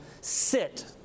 sit